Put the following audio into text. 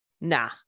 nah